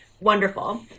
wonderful